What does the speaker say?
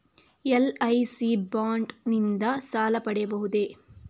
LIC bond ನಿಂದ ಸಾಲ ಪಡೆಯಬಹುದೇ?